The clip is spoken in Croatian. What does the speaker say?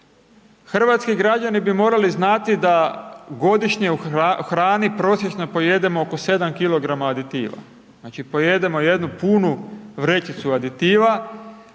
hrvatski građani bi morali znati da godišnje u hrani prosječno pojedemo oko 7kg aditiva. Znači pojedemo jednu punu vrećicu aditiva.